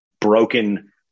broken